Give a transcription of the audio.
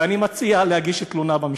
ואני מציע להגיש תלונה במשטרה,